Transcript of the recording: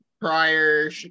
prior